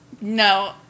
No